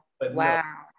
Wow